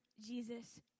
Jesus